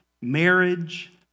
marriage